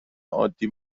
عادی